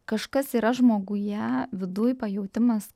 kažkas yra žmoguje viduj pajautimas